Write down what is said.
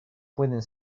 pueden